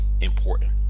important